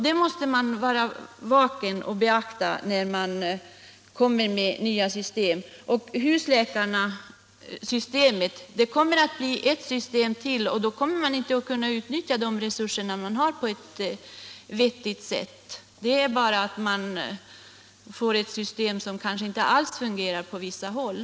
Man måste vara vaken och beakta det när man inför nya system. Inför man husläkarsystemet kommer det att bli ett system till, och då kommer man inte att kunna utnyttja de resurser som finns på ett vettigt sätt. Resultatet blir bara att man får ett system som kanske inte alls fungerar på vissa håll.